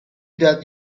that